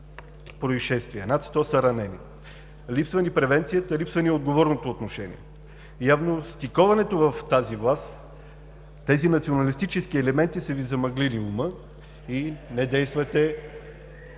произшествия, а над сто са ранени. Липсва ни превенцията, липсва ни отговорното отношение. Явно стиковането в тази власт, тези националистически елементи, са Ви замъглили ума и не действате,